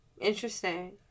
Interesting